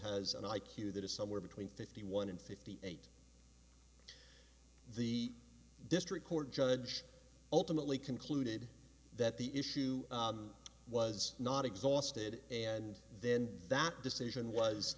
has an i q that is somewhere between fifty one and fifty eight the district court judge ultimately concluded that the issue was not exhausted and then that decision was